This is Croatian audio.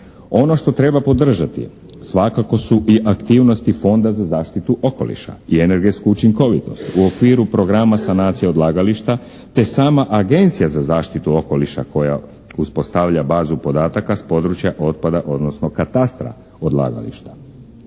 Ono što treba podržati svakako su i aktivnosti Fonda za zaštitu okoliša i energetsku učinkovitost u okviru programa sanacije odlagališta te sama Agencija za zaštitu okoliša koja uspostavlja bazu podataka s područja otpada odnosno katastra odlagališta.